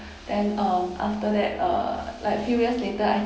then um after that uh like few years later I